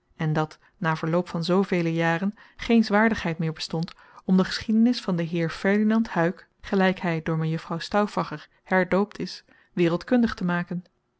en dat na verloop van zoo vele jaren geene zwarigheid meer bestond om de geschiedenis van den heer ferdinand huyck gelijk hij door mejuffrouw stauffacher herdoopt is wereldkundig te maken